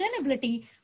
sustainability